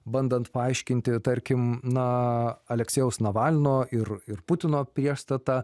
bandant paaiškinti tarkim na aleksėjaus navalno ir ir putino priešstatą